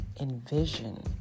envision